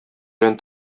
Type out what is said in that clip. белән